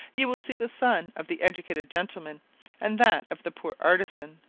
you will see the son of the educated gentleman and that of the poor artisan,